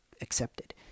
accepted